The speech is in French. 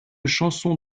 chansons